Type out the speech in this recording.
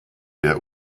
der